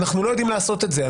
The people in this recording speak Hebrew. אנחנו לא יודעים לעשות את זה.